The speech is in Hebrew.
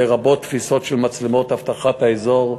לרבות תפיסות של מצלמות אבטחת האזור.